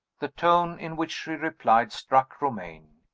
the tone in which she replied struck romayne.